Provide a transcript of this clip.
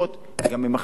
גם עם מכפילי כוח,